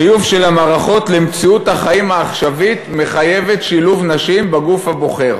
חיוב של המערכות למציאות החיים העכשווית מחייב שילוב נשים בגוף הבוחר,